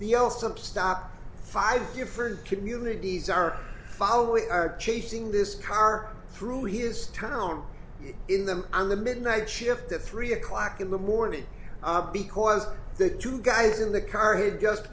the l some stop five different communities are following are chasing this car through his town in them on the midnight shift at three o'clock in the morning because the two guys in the car had just